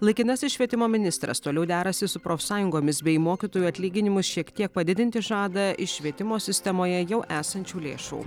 laikinasis švietimo ministras toliau derasi su profsąjungomis bei mokytojų atlyginimus šiek tiek padidinti žada iš švietimo sistemoje jau esančių lėšų